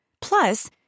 Plus